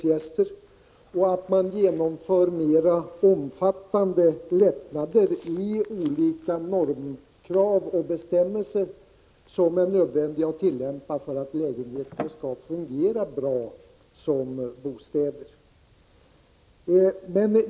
Dessutom kan det bli fråga om mera omfattande lättnader beträffande olika normkrav och bestämmelser, som är nödvändiga att tillämpa för att lägenheter skall fungera bra som bostäder.